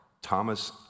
thomas